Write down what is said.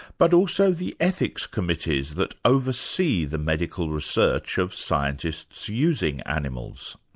but also the ethics committees that oversee the medical research of scientists using animals.